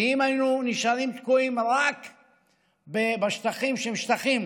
כי אם היינו נשארים תקועים רק בשטחים שהם שטחים